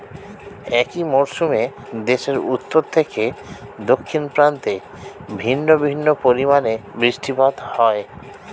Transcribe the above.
একই মরশুমে দেশের উত্তর থেকে দক্ষিণ প্রান্তে ভিন্ন ভিন্ন পরিমাণে বৃষ্টিপাত হয়